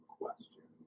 question